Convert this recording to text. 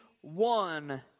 one